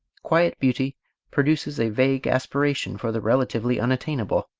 quiet beauty produces a vague aspiration for the relatively unattainable,